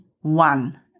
one